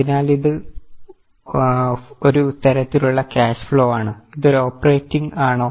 അതിനാൽ ഇത് ഒരു തരത്തിലുള്ള ക്യാഷ് ഫ്ലോ ആണ് ഇത് ഒരു ഓപ്പറേറ്റിങ് ആണോ